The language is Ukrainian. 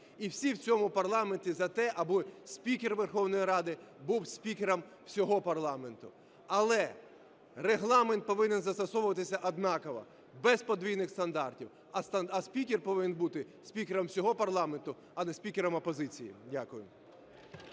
І всі в цьому парламенті за те, аби спікер Верховної Ради був спікером всього парламенту. Але Регламент повинен застосовуватися однаково, без подвійних стандартів, а спікер повинен бути спікером всього парламенту, а не спікером опозиції. Дякую.